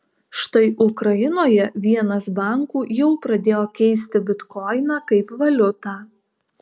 štai ukrainoje vienas bankų jau pradėjo keisti bitkoiną kaip valiutą